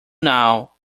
know